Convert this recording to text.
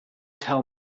tell